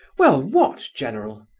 well, what, general?